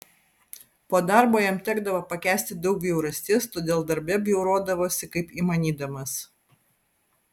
po darbo jam tekdavo pakęsti daug bjaurasties todėl darbe bjaurodavosi kaip įmanydamas